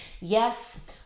Yes